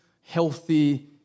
healthy